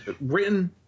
written